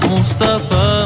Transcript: Mustafa